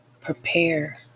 prepare